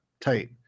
Tight